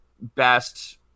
best